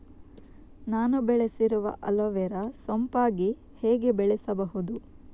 ನಾನು ಬೆಳೆಸಿರುವ ಅಲೋವೆರಾ ಸೋಂಪಾಗಿ ಹೇಗೆ ಬೆಳೆಸಬಹುದು?